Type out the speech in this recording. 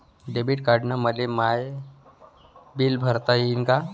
Debit कार्डानं मले my bill भरता येईन का?